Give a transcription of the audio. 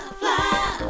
fly